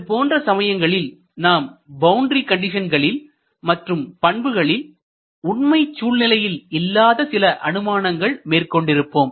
இதுபோன்ற சமயங்களில் நாம் பவுண்டரி கண்டிஷன்களில் மற்றும் பண்புகளில் உண்மைச் சூழ்நிலையில் இல்லாத சில அனுமானங்கள் மேற்கொண்டிருப்போம்